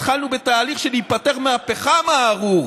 התחלנו בתהליך של להיפטר מהפחם הארור,